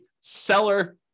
seller